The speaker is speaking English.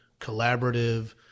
collaborative